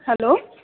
hello